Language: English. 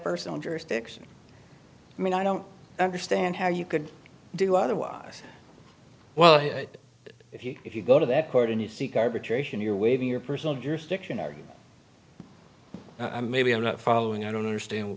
personal jurisdiction i mean i don't understand how you could do otherwise well if you if you go to that court and you seek arbitration you're waving your personal jurisdiction are you i maybe i'm not following i don't understand